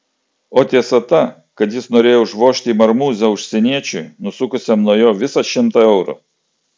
o tiesa ta kad jis norėjo užvožti į marmūzę užsieniečiui nusukusiam nuo jo visą šimtą eurų